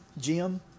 Jim